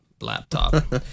laptop